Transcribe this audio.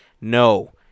No